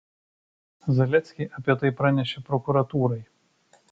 zaleckiai apie tai pranešė prokuratūrai